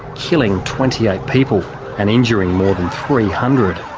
killing twenty eight people and injuring more than three hundred.